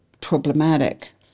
problematic